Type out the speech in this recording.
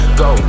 go